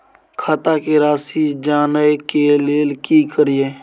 खाता के राशि जानय के लेल की करिए?